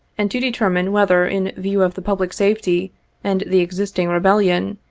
and to determine whether, in view of the public safety and the existing rebellion,